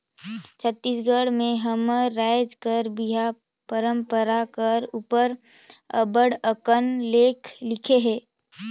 छत्तीसगढ़ी में हमर राएज कर बिहा परंपरा कर उपर अब्बड़ अकन लेख लिखे हे